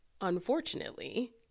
unfortunately